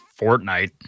Fortnite